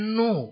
no